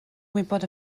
gwybod